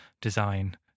design